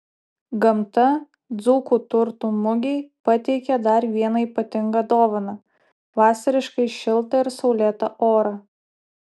gamta dzūkų turtų mugei pateikė dar vieną ypatingą dovaną vasariškai šiltą ir saulėtą orą